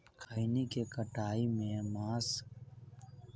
खैनी केँ कटाई केँ मास मे करू जे पथर पानि सँ बचाएल जा सकय अछि?